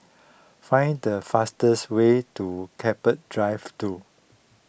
find the fastest way to Keppel Drive two